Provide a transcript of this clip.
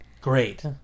Great